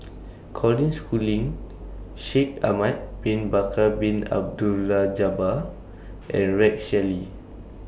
Colin Schooling Shaikh Ahmad Bin Bakar Bin Abdullah Jabbar and Rex Shelley